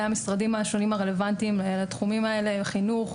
המשרדים השונים הרלוונטיים לתחומים האלה: חינוך,